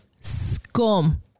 scum